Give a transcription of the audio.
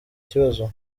kibazo